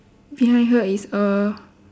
behind her is a